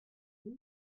dix